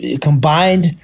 combined